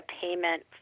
payment